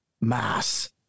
mass